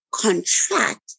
contract